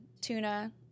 tuna